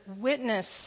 witness